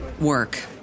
work